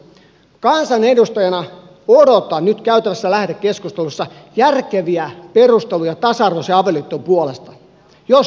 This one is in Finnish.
kansanedustajana odotan nyt käytävässä lähetekeskustelussa järkeviä perusteluja tasa arvoisen avioliiton puolesta jos niitä on